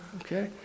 okay